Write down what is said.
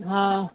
हा